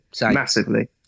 Massively